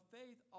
faith